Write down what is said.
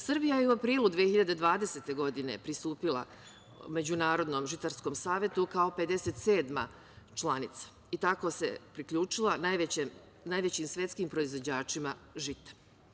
Srbija je u aprilu 2020. godine pristupila Međunarodnom žitarskom Savetu, kao 57. članica i tako se priključila najvećim svetskim proizvođačima žita.